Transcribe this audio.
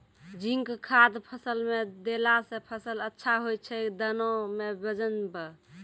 zinc खाद फ़सल मे देला से फ़सल अच्छा होय छै दाना मे वजन ब